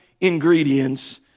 ingredients